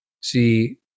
see